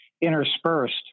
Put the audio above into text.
interspersed